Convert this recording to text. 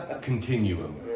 continuum